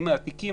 אם מעתיקים,